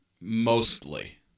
mostly